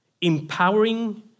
empowering